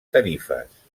tarifes